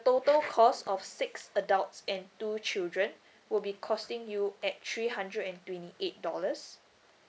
total cost of six adults and two children would be costing you at three hundred and twenty eight dollars